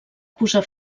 posar